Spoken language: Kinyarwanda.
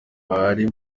bahari